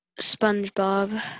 SpongeBob